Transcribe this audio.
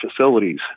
facilities